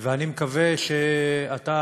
ואני מקווה שאתה,